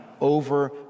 over